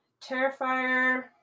Terrifier